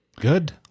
Good